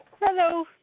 Hello